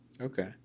Okay